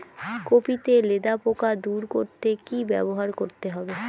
Copy তে লেদা পোকা দূর করতে কি ব্যবহার করতে হবে?